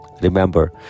Remember